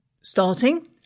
starting